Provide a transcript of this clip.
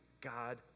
God